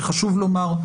וחשוב לומר,